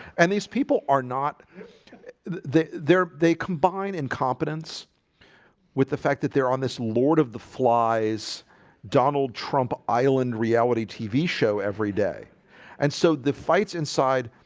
and these people are not there they combine incompetence with the fact that they're on this lord of the flies donald trump island reality tv show every day and so the fights inside